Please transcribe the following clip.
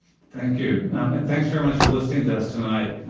thank you and thanks very much for listening to us tonight.